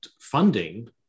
funding